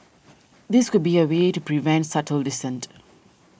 this could be a way to prevent subtle dissent